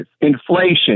inflation